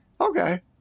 okay